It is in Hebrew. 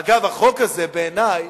אגב, בעיני,